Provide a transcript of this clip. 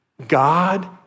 God